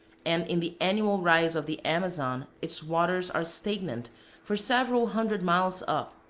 and in the annual rise of the amazon its waters are stagnant for several hundred miles up,